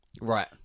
right